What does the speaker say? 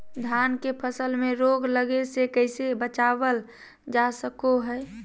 धान के फसल में रोग लगे से कैसे बचाबल जा सको हय?